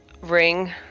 ring